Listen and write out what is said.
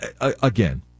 again